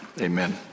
amen